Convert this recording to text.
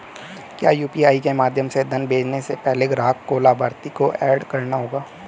क्या यू.पी.आई के माध्यम से धन भेजने से पहले ग्राहक को लाभार्थी को एड करना होगा?